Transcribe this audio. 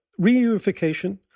reunification